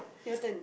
your turn